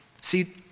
See